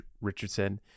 Richardson